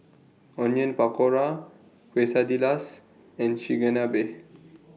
Onion Pakora Quesadillas and Chigenabe